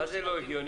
מה זה לא הגיוני?